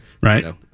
right